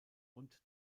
und